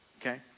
Okay